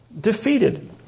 defeated